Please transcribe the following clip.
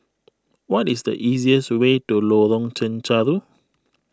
what is the easiest way to Lorong Chencharu